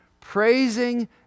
praising